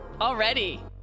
Already